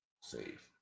Save